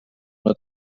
una